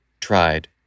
tried